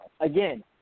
Again